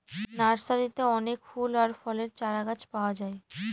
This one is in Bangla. নার্সারিতে অনেক ফুল আর ফলের চারাগাছ পাওয়া যায়